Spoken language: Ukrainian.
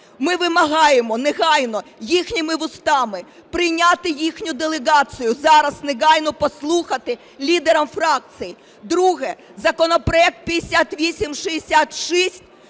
Ми вимагаємо негайно їхніми вустами, прийняти їхню делегацію, зараз негайно послухати лідерам фракцій. Друге, законопроект 5866